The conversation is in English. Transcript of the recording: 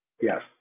Yes